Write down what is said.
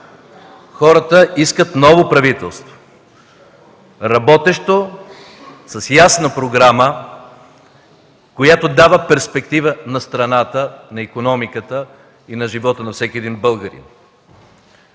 Хората искат ново правителство – работещо, с ясна програма, която дава перспектива на страната, на икономиката и на живота на всеки един българин.